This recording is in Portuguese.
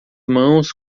mãos